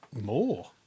More